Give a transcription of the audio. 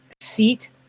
seat